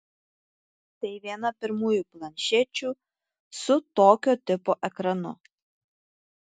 tai viena pirmųjų planšečių su tokio tipo ekranu